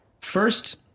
first